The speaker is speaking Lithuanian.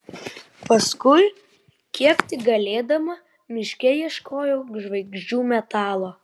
paskui kiek tik galėdama miške ieškojau žvaigždžių metalo